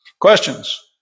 Questions